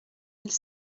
mille